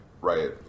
right